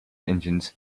engines